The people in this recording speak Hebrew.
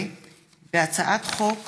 הצעת חוק